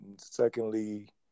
Secondly